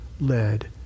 led